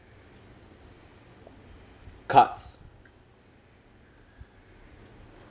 cards